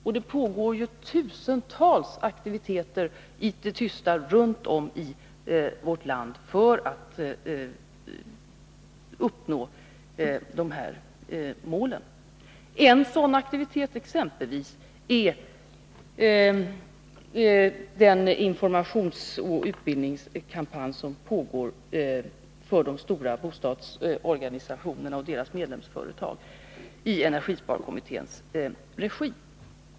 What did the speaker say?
Och det pågår tusentals aktiviteter i det tysta runt om i vårt land för att uppnå målen. En sådan aktivitet är den informationsoch utbildningskampanj som pågår för de stora bostadsorganisationerna och deras medlemsföretag, i energisparkommitténs regi.